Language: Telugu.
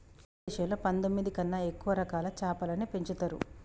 భారతదేశంలో పందొమ్మిది కన్నా ఎక్కువ రకాల చాపలని పెంచుతరు